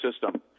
system